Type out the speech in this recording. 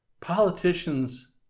Politicians